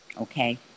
okay